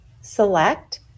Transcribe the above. select